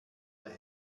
der